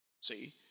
See